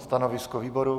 Stanovisko výboru?